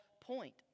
point